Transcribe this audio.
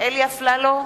אלי אפללו,